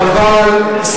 חבל, מאה אחוז.